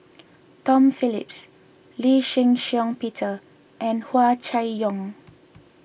Tom Phillips Lee Shih Shiong Peter and Hua Chai Yong